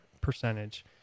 percentage